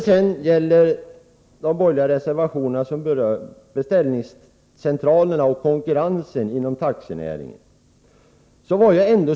Sedan till de borgerliga reservationer som berör beställningscentralerna och konkurrensen inom taxinäringen.